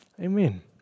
Amen